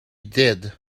did